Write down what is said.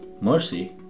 mercy